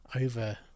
over